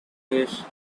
his